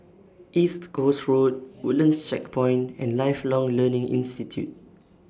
East Coast Road Woodlands Checkpoint and Lifelong Learning Institute